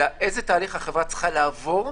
אלא זה תהליך החברה צריכה לעבור.